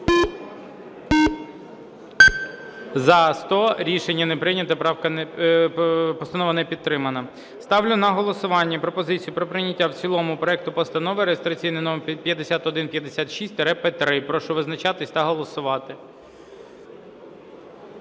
За-100 Рішення не прийнято. Постанова не підтримана. Ставлю на голосування пропозицію про прийняття в цілому проекту Постанови реєстраційний номер 5156-П3. Прошу визначатись та голосувати.